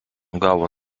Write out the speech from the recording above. gavo